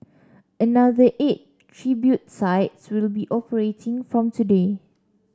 another eight tribute sites will be operating from today